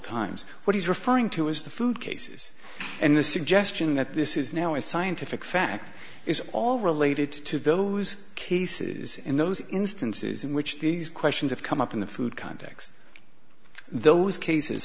times what he's referring to is the food cases and the suggestion that this is now a scientific fact is all related to those cases in those instances in which these questions have come up in the food context those cases